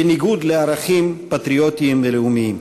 בניגוד לערכים פטריוטיים ולאומיים.